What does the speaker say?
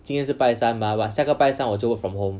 今天是拜三 mah but 下个拜三我就 work from home